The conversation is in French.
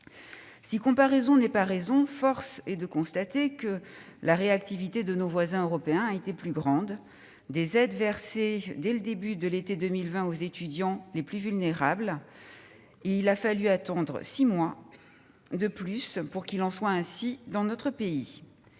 Si comparaison n'est pas raison, force est de constater que la réactivité de nos voisins européens a été plus grande. Des aides ont été versées dès le début de l'été 2020 aux étudiants les plus vulnérables ; il a fallu attendre six mois de plus pour qu'il en soit ainsi dans notre pays.